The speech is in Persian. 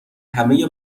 همه